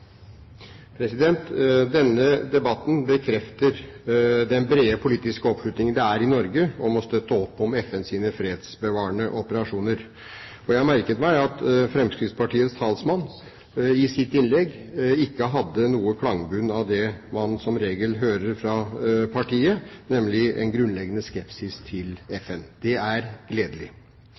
i Norge om å støtte opp om FNs fredsbevarende operasjoner. Og jeg merket meg at Fremskrittspartiets talsmann i sitt innlegg ikke hadde noen klangbunn av det man som regel hører fra partiet, nemlig en grunnleggende skepsis til FN. Det er gledelig.